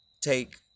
take